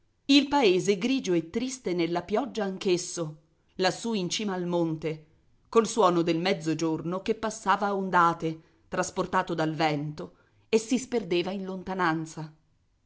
il paese grigio e triste nella pioggia anch'esso lassù in cima al monte col suono del mezzogiorno che passava a ondate trasportato dal vento e si sperdeva in lontananza